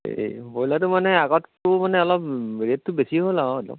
এই ব্ৰইলাৰটো মানে আগতকৈয়ো মানে অলপ ৰেটটো বেছি হ'ল আৰু অলপ